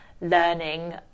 learning